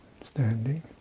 standing